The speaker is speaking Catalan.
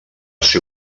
ser